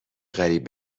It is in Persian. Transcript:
قریب